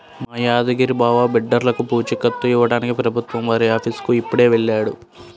మా యాదగిరి బావ బిడ్డర్లకి పూచీకత్తు ఇవ్వడానికి ప్రభుత్వం వారి ఆఫీసుకి ఇప్పుడే వెళ్ళాడు